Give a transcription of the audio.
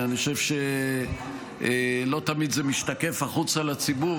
אני חושב שלא תמיד זה משתקף החוצה לציבור,